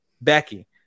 Becky